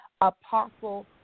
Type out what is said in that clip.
Apostle